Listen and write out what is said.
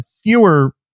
fewer